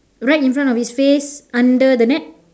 right in front of his face under the net